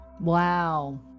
wow